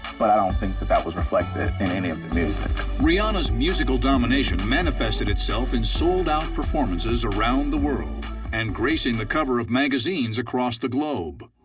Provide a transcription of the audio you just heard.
but i don't think that that was reflected in any of the music. narrator rihanna's musical domination manifested itself in sold out performances around the world and gracing the cover of magazines across the globe.